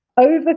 Over